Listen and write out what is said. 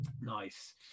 Nice